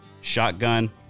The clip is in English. shotgun